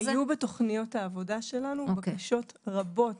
היו בתוכניות העבודה שלנו בקשות רבות